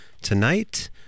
tonight